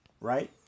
right